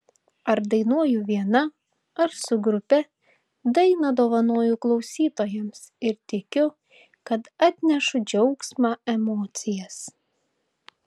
ar dainuoju viena ar su grupe dainą dovanoju klausytojams ir tikiu kad atnešu džiaugsmą emocijas